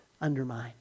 undermine